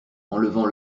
enlevant